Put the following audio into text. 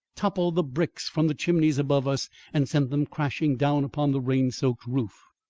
toppled the bricks from the chimneys above us and sent them crashing down upon the rain-soaked roof.